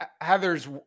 Heather's